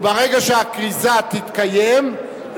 וברגע שהכריזה תתקיים,